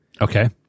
Okay